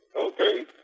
Okay